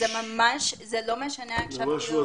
זה ממש הזוי.